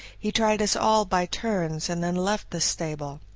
he tried us all by turns and then left the stable.